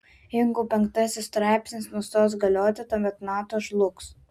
jeigu penktasis straipsnis nustos galioti tuomet nato žlugs